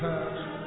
Past